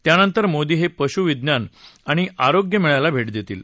त्यानंतर मोदी हे पशु विज्ञान आणि आरोग्य मेळ्याला भेठेतील